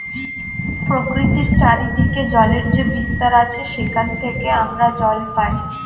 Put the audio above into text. প্রকৃতির চারিদিকে জলের যে বিস্তার আছে সেখান থেকে আমরা জল পাই